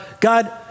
God